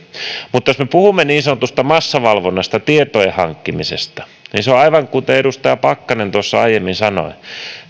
mutta jos me puhumme niin sanotusta massavalvonnasta tietojen hankkimisesta niin se on aivan kuten edustaja pakkanen aiemmin sanoi